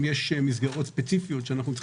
סלי מזון ומיזם לביטחון תזונתי.